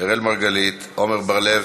אראל מרגלית, עמר בר-לב,